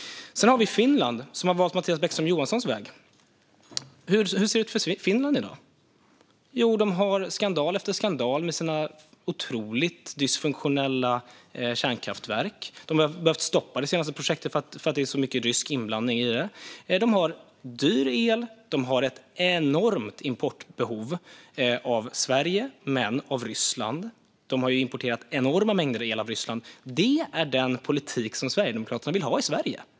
Sedan har vi Finland, som har valt Mattias Bäckström Johanssons väg. Hur ser det ut för Finland i dag? De har skandal efter skandal med sina otroligt dysfunktionella kärnkraftverk. De har behövt stoppa det senaste projektet för att det är så mycket rysk inblandning i det. De har dyr el, och de har ett enormt importbehov från Sverige och från Ryssland. De har importerat enorma mängder el från Ryssland. Detta är den politik som Sverigedemokraterna vill ha i Sverige.